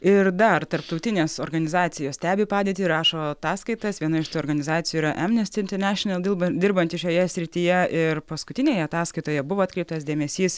ir dar tarptautinės organizacijos stebi padėtį rašo ataskaitas viena iš tų organizacijų yra amnesty internešinal dilba dirbanti šioje srityje ir paskutinėje ataskaitoje buvo atkreiptas dėmesys